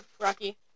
Rocky